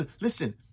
Listen